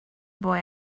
boy